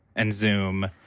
and zoom.